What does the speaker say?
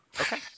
Okay